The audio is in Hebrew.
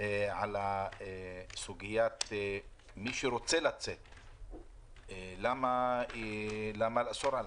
על סוגית מי שרוצה לצאת, למה לאסור עליו?